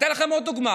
אני אתן לכם עוד דוגמה: